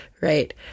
Right